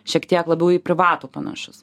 šiek tiek labiau į privatų panašus